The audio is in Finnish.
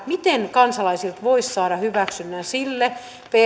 miten kansalaisilta voisi saada hyväksynnän